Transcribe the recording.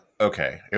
okay